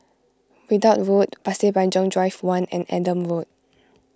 Ridout Road Pasir Panjang Drive one and Adam Road